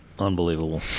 Unbelievable